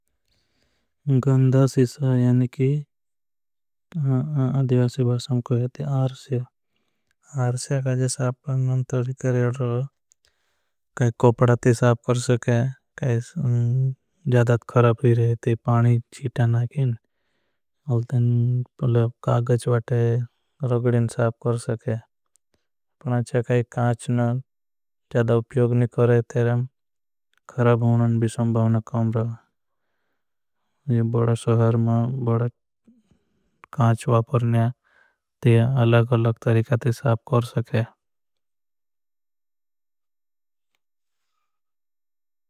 गंधा शीशा यानिकी अधिवासी भासम को याते है। आर्श्या काज सापना अंतर करेडर काई कोपड़ा ती साप कर सके। काई ज़्यादात खरब ही रहे थे छीटा नागेन अलतेन। कागच वाटे रगडिन साप कर सके अपना ज़्या। काई काच ज़्यादा उप्योग नहीं करे तेरें खरब होनें भी संभावन काम। रहे सहर में बड़ा काच वापरनें ते अलग अलग। तरीका ती साप कर सके।